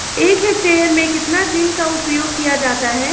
एक हेक्टेयर में कितना जिंक का उपयोग किया जाता है?